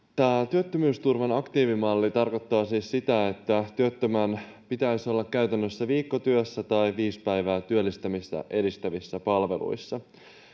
työttömyysturvan aktiivimalli tarkoittaa siis sitä että työttömän pitäisi olla käytännössä viikkotyössä tai viisi päivää työllistämistä edistävissä palveluissa